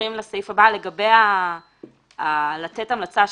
לגבי מתן המלצה שלילית.